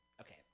okay